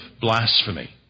blasphemy